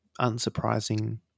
unsurprising